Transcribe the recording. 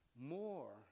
more